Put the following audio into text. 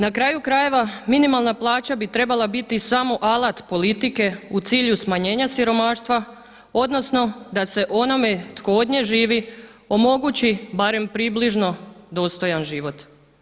Na kraju krajeva minimalna plača bi trebala biti samo alat politike u cilju smanjenja siromaštva odnosno da se onome tko od nje živi omogući barem približno dostojan život.